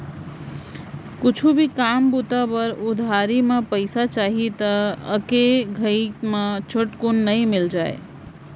कुछु भी काम बूता बर उधारी म पइसा चाही त एके घइत म झटकुन नइ मिल जाय